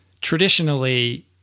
traditionally